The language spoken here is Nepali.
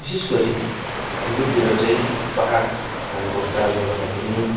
विशेषगरि हाम्रोतिर चाहिँ पाहाड भएको कारणले गर्दाखेरि